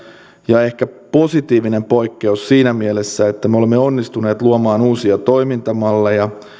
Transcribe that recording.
ja ehkä positiivinen poikkeus siinä mielessä että me olemme onnistuneet luomaan uusia toimintamalleja